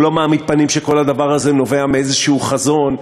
הוא לא מעמיד פנים שכל הדבר הזה נובע מאיזשהו חזון,